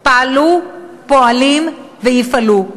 פעלו, פועלים ויפעלו.